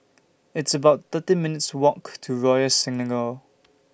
It's about thirteen minutes' Walk to Royal Selangor